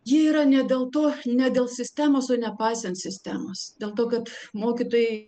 jie yra ne dėl to ne dėl sistemos o nepaisant sistemos dėl to kad mokytojai